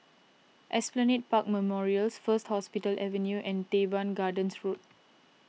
Esplanade Park Memorials First Hospital Avenue and Teban Gardens Road